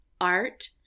art